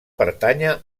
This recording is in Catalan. pertànyer